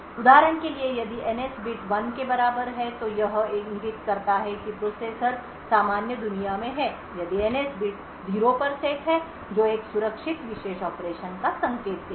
उदाहरण के लिए यदि NS बिट 1 के बराबर है तो यह इंगित करता है कि प्रोसेसर सामान्य दुनिया में है यदि NS बिट 0 पर सेट है जो एक सुरक्षित विश्व ऑपरेशन का संकेत देगा